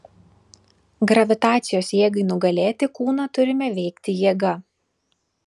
gravitacijos jėgai nugalėti kūną turime veikti jėga